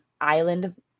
island